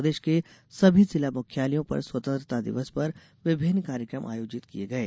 प्रदेश के सभी जिला मुख्यालयों पर स्वतंत्रता दिवस पर विभिन्न कार्यक्रम आयोजित किये गये